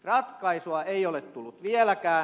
ratkaisua ei ole tullut vieläkään